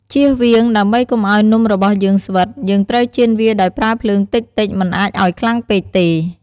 ចៀសវាង ដើម្បីកុំឱ្យនំរបស់យើងស្វិត យើងត្រូវចៀនវាដោយប្រើភ្លើងតិចៗ មិនអាចឱ្យខ្លាំងពេកទេ។